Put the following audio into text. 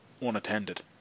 unattended